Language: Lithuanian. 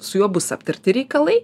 su juo bus aptarti reikalai